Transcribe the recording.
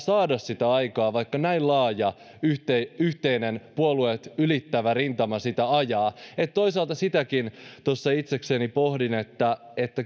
saa sitä aikaan vaikka näin laaja yhteinen yhteinen puolueet ylittävä rintama sitä ajaa toisaalta sitäkin tuossa itsekseni pohdin että